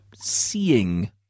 seeing